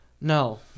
No